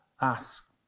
ask